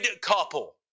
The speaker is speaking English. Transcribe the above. couple